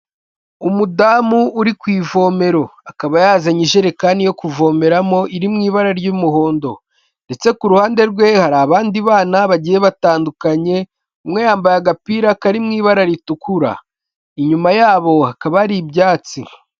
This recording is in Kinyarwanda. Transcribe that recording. Umudamu uri ku ivomero akaba yazanye ijerekani yo kuvomeramo iri mu ibara ry'umuhondo, ndetse ku ruhande rwe hari abandi bana bagiye batandukanye, umwe yambaye agapira kari mu ibara ritukura, inyuma yabo hakaba hari ibyatsi.